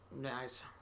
Nice